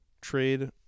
trade